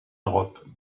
europe